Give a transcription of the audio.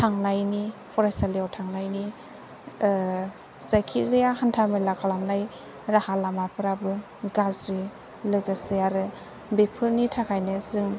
थांनायनि फरायसालियाव थांनायनि फरायसालियाव थांनायनि जायखि जाया हान्था मेला खालामनाय राहा लामाफोराबो गाज्रि लोगोसे आरो बेफोरनि थाखायनो जों